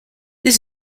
this